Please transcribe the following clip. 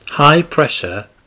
High-pressure